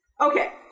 Okay